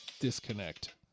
disconnect